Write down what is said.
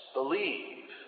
believe